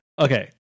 okay